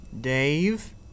Dave